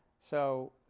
so